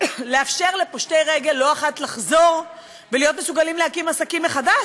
לאפשר לפושטי רגל לא אחת לחזור ולהיות מסוגלים להקים עסקים מחדש,